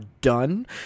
done